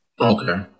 Okay